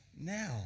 now